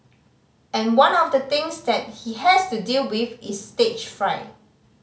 and one of the things that he has to deal with is stage fright